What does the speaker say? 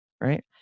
right